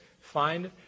find